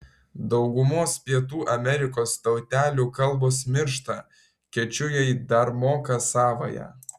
daugumos pietų amerikos tautelių kalbos miršta kečujai dar moka savąją